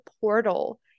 portal